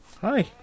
Hi